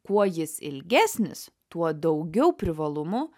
kuo jis ilgesnis tuo daugiau privalumų